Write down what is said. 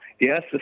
yes